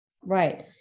Right